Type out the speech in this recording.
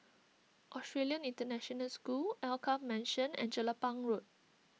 Australian International School Alkaff Mansion and Jelapang Road